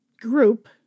group